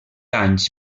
anys